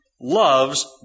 loves